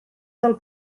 del